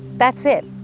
that's it.